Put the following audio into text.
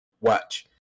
watch